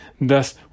thus